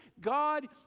God